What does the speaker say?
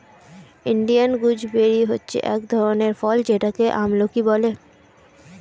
Indian gooseberry হচ্ছে এক ধরনের ফল যেটাকে আমলকি বলে